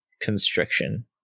Constriction